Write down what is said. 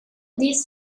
this